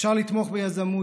אפשר לתמוך ביזמות,